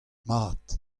mat